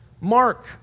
Mark